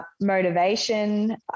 motivation